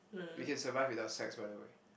we can survive without sex by the way